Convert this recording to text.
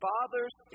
Father's